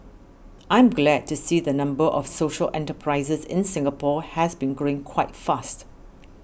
I'm glad to see the number of social enterprises in Singapore has been growing quite fast